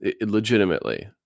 Legitimately